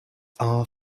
are